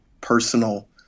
personal